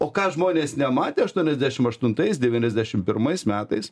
o ką žmonės nematę aštuoniasdešim aštuntais devyniasdešim pirmais metais